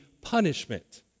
punishment